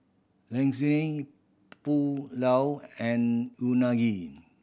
Lasagne Pulao and Unagi